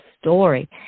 story